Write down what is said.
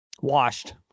Washed